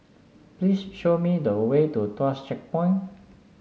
please show me the way to Tuas Checkpoint